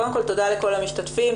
קודם כל תודה לכל המשתתפים,